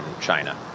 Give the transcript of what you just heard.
China